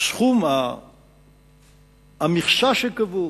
שהמכסה שקבעו,